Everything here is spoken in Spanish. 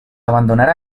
abandonar